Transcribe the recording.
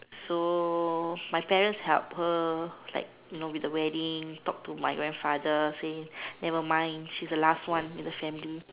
so my parent help her like you know with the wedding talk to my grandfather say never mind she's the last one in the family